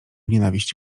nienawiść